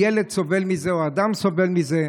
כי הילד סובל מזה והאדם סובל מזה,